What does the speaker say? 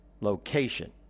location